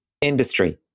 Industry